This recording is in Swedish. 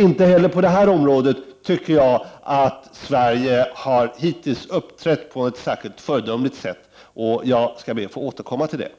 Inte heller på detta område tycker jag att Sverige hittills har uppträtt på ett särskilt föredömligt sätt, och jag skall be att få återkomma till det.